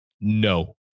No